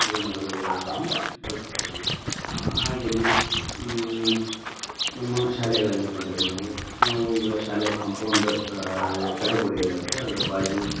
ಗಿಡ ಮರ ಬಳ್ಳಿಗಳನ್ನು ನಾವು ಬೆಳೆಸ್ತಾ ಇದ್ದೀವಿ ಹಾಗೆಯೇ ನಮ್ಮ ಶಾಲೆಗಳಲ್ಲಿ ಬಂದರೆ ನೀವು ನಾವು ಈಗ ಶಾಲೆ ಕಾಂಪೌಂಡ್ ತಡೆಗೋಡೆ ಏನು ಇರುತ್ತೆ ಅದ್ರ ಬಾಜು